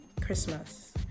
Christmas